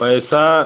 पैसा